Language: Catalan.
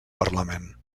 parlament